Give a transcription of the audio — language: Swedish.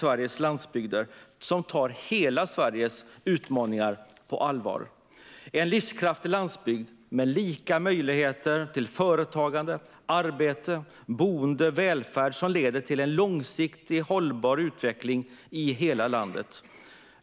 Senare i veckan, på torsdag, ska vi besluta om detta i bred enighet. En livskraftig landsbygd med lika möjligheter till företagande, arbete, boende och välfärd leder till en långsiktigt hållbar utveckling i hela landet.